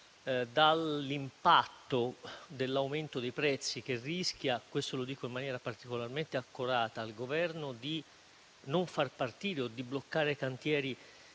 dall'impatto dell'aumento dei prezzi che rischia - lo dico in maniera particolarmente accorata al Governo - di non far partire i cantieri